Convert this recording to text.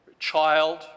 child